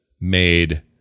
made